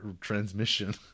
transmission